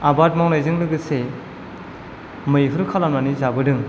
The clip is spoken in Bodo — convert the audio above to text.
आबाद मावनायजों लोगोसे मैहुर खालामनानै जाबोदों